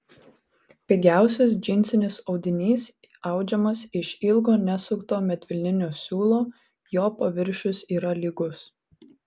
pigiausias džinsinis audinys audžiamas iš ilgo nesukto medvilninio siūlo jo paviršius yra lygus